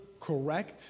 correct